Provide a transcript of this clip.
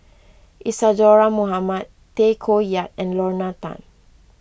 Isadhora Mohamed Tay Koh Yat and Lorna Tan